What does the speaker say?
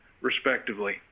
respectively